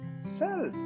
self